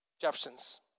Jeffersons